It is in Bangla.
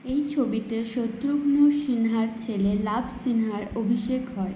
এই ছবিতে শত্রুঘ্ন সিনহার ছেলে লাভ সিনহার অভিষেক হয়